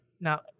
Now